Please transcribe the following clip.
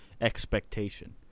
expectation